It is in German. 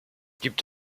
gibt